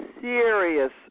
serious